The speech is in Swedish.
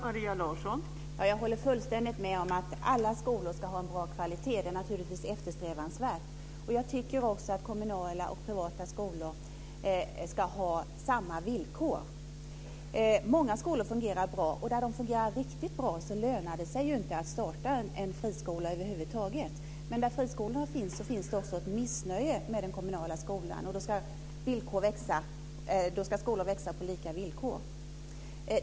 Fru talman! Jag håller fullständigt med om att alla skolor ska ha en god kvalitet. Det är naturligtvis eftersträvansvärt. Jag tycker också att kommunala och privata skolor ska ha samma villkor. Många skolor fungerar bra, och där de fungerar riktigt bra lönar det sig ju inte att starta en friskola över huvud taget. Men där friskolorna finns, där finns det också ett missnöje med den kommunala skolan. Då ska skolor växa på lika villkor.